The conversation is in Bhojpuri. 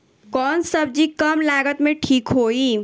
कौन सबजी कम लागत मे ठिक होई?